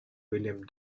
william